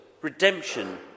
redemption